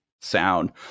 sound